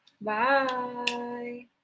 bye